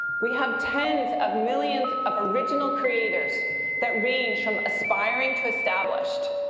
we have tens of millions of original creators that range from aspiring to established,